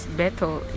battle